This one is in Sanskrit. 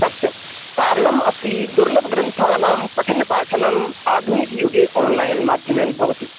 सत्यं कारणम् अस्ति दुर्लभग्रन्थानां पठनपाठनम् आधुनिकयुगे आन्लैन् माध्यमेन भवति